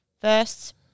first